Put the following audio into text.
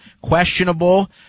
questionable